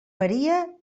paria